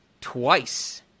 twice